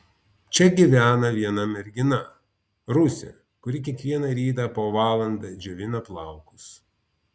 čia gyvena viena mergina rusė kuri kiekvieną rytą po valandą džiovina plaukus